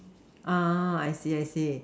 I see I see